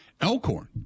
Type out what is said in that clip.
elkhorn